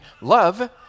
love